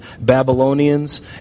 Babylonians